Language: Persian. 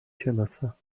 شناسم